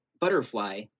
butterfly